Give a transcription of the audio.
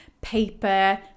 paper